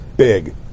Big